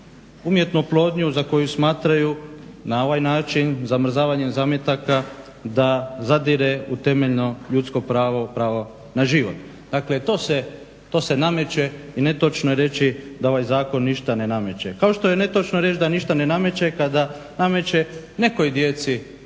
umjetnu oplodnju za koju smatraju, na ovaj način zamrzavanjem zametaka da zadire u temeljno ljudsko pravo, pravo na život. Dakle, to se nameće i netočno je reći da ovaj zakon ništa ne nameće, kao što je netočno reći da ništa ne nameće kada nameće nekoj djeci